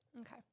Okay